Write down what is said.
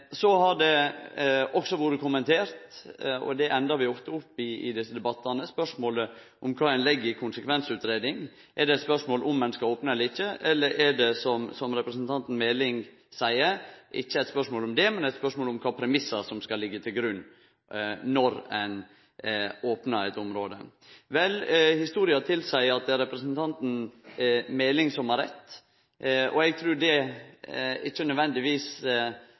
Så har også spørsmålet om kva ein legg i «konsekvensutgreiing» vore kommentert, noko vi ofte endar opp med i desse debattane: Er det eit spørsmål om ein skal opne eller ikkje, eller er det som representanten Meling seier, ikkje eit spørsmål om det, men eit spørsmål om kva for premiss som skal liggje til grunn når ein opnar eit område? Vel, historia tilseier at det er representanten Meling som har rett. Eg trur det ikkje nødvendigvis